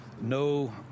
no